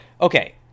okay